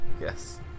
Yes